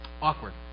Awkward